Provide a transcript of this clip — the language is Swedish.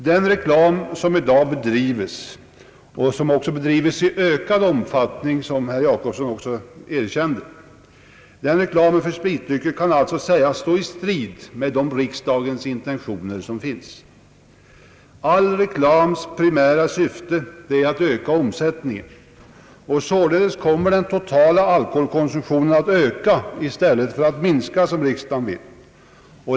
Den reklam för spritdrycker som i dag bedrives — och som också bedrives i ökande omfattning, vilket herr Gösta Jacobsson också erkände — kan alltså sägas stå i strid med riksdagens intentioner. All reklams primära syfte är att öka omsättningen, och således kommer den totala alkoholkonsumtionen att öka i stället för att minska så som riksdagen vill.